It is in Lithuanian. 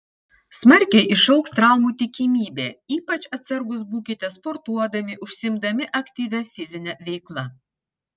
smarkiai išaugs traumų tikimybė ypač atsargūs būkite sportuodami užsiimdami aktyvia fizine veikla